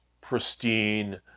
pristine